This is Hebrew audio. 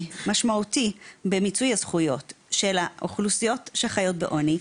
משמעותי במיצוי הזכויות של האוכלוסיות שחיות בעוני,